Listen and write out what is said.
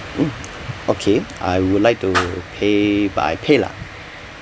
okay I would like to pay by paylah